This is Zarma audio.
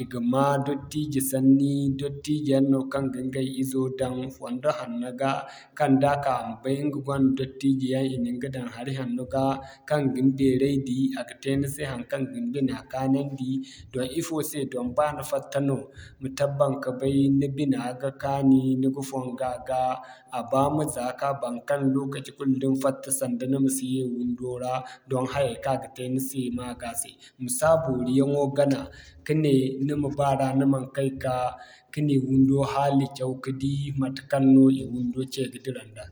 i ga ma dottijo sanni. Dottijo yaŋ no kaŋ ga ɲgay izo daŋ fondo hanno ga kaŋ da ka a ma bay ɲga gonda dottijo yaŋ i na ɲga daŋ hari hanno ga kaŋ ga ni beeray di a ga te ni se haŋkaŋ ga ni bina kaanandi. Doŋ ifo se doŋ ba ni fatta no ni tabbat ka bay ni bina ga kaani, ni ga foŋga ga a ba ma zaaka baŋkaŋ lokaci kulu da ni fatta sanda ni ma si ye wundo ra doŋ hayay kaŋ a ga te ni se maa ga se. Ma si a boori yaŋo gana ka ne ni ma baara ni man kay ka, kani wundo haali caw ka di matekaŋ no i wundo cee ga dira nda.